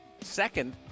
Second